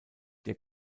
der